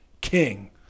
king